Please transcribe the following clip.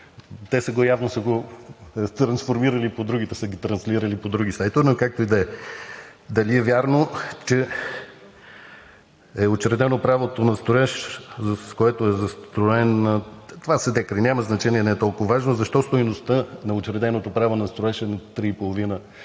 Те явно са го трансформирали транслирали са го по други сайтове, но както и да е. Дали е вярно, че е учредено правото на строеж, с което е застроен – това са декари, няма значение, не е толкова важно; защо стойността на учреденото право на строеж е 3,5